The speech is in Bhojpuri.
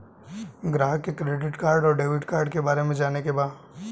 ग्राहक के क्रेडिट कार्ड और डेविड कार्ड के बारे में जाने के बा?